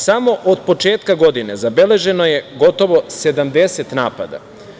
Samo od početka godine zabeleženo je gotovo 70 dana.